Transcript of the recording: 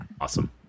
awesome